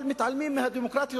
אבל מתעלמים מהדמוקרטיה,